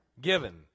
Given